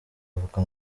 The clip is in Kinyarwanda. avuga